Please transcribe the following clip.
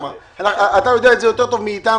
אתה יודע את זה יותר טוב מאיתנו.